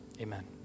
Amen